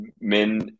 men